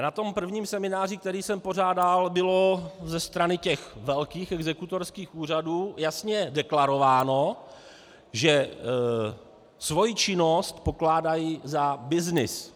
Na tom prvním semináři, který jsem pořádal, bylo ze strany velkých exekutorských úřadů jasně deklarováno, že svou činnost pokládají za byznys.